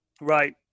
Right